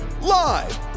live